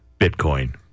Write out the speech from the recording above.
Bitcoin